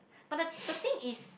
but the the thing is